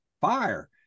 fire